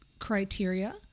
criteria